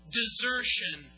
desertion